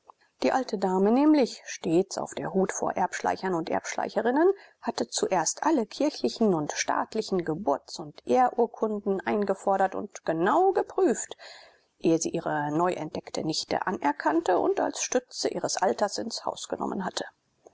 die alte dame nämlich stets auf der hut vor erbschleichern und erbschleicherinnen hatte zuerst alle kirchlichen und staatlichen geburts und eheurkunden eingefordert und genau geprüft ehe sie ihre neu entdeckte nichte anerkannt und als stütze ihres alters ins haus genommen hatte